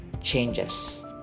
changes